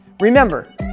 Remember